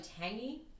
tangy